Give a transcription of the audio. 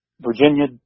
Virginia